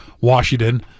Washington